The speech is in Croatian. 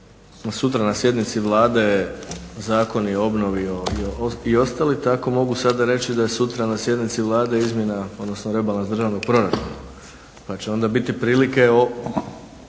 sutra na sjednici Vlade zakon i obnovi i ostali tako mogu sada reći da je sutra na sjednici Vlade rebalans državnog proračuna, pa će onda biti prilike o